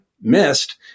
missed